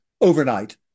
Overnight